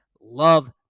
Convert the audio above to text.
love